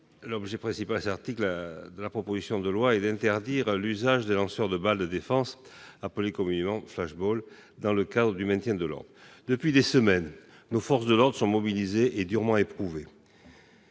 Jean-Pierre Grand. L'article 1 de la proposition de loi a pour objet d'interdire l'usage des lanceurs de balles de défense, appelés communément flash-ball, dans le cadre du maintien de l'ordre. Depuis des semaines, nos forces de l'ordre sont mobilisées et durement éprouvées.